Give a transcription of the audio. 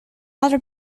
other